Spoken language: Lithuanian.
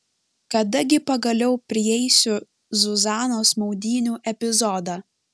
kada gi pagaliau prieisiu zuzanos maudynių epizodą